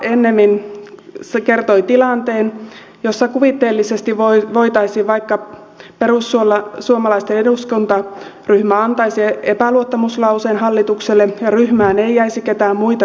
edustaja lindtman ennemmin tässä kertoi tilanteen jossa kuvitteellisesti vaikka perussuomalaisten eduskuntaryhmä antaisi epäluottamuslauseen hallitukselle ja ryhmään ei jäisi ketään muita kuin soini